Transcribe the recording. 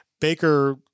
Baker